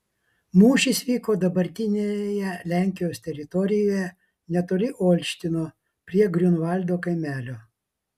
mūšis vyko dabartinėje lenkijos teritorijoje netoli olštyno prie griunvaldo kaimelio